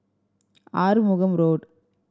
Arumugam Road